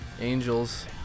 Angels